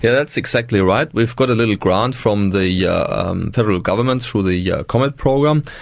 yeah that's exactly right, we've got a little grant from the yeah um federal government through the yeah comet program,